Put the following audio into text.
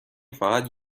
فقط